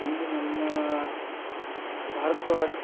ಇಲ್ಲಿ ನಮ್ಮ ಭಾರತದ ಒಳಗೆ